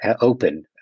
open